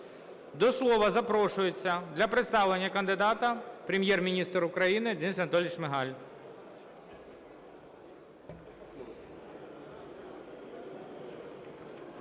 До слова запрошується для представлення кандидата Прем'єр-міністр України Денис Анатолійович Шмигаль.